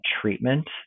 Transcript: treatment